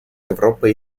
европа